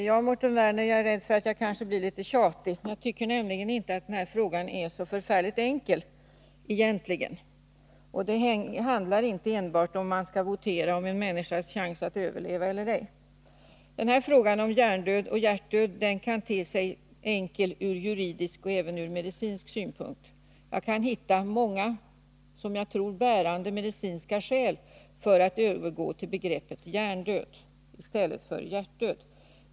Herr talman! Jag är, Mårten Werner, rädd för att jag kanske blir litet tjatig. Jag tycker nämligen inte att den här frågan är så förfärligt enkel. Det handlar inte enbart om huruvida man skall votera om en människas chans att överleva eller inte. Frågan om hjärndöd eller hjärtdöd kan te sig enkel ur juridisk och även ur medicinsk synpunkt. Jag kan hitta många som jag tror bärande medicinska skäl för att övergå till begreppet hjärndöd i stället för hjärtdöd.